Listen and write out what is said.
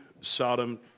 Sodom